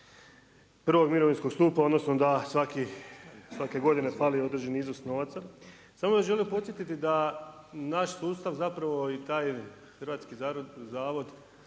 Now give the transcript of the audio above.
prvog mirovinskog stupa odnosno da svake godine fali određeni iznos novaca. Samo bih vas želio podsjetiti da naš sustav zapravo i taj Hrvatski zavod